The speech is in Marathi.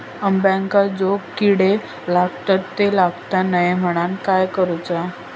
अंब्यांका जो किडे लागतत ते लागता कमा नये म्हनाण काय करूचा?